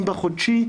אם בחודשי.